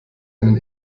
einen